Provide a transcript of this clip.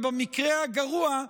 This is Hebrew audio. ובמקרה הגרוע,